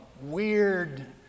weird